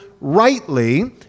rightly